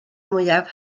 mwyaf